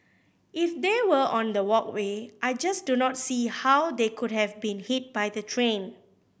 if they were on the walkway I just do not see how they could have been hit by the train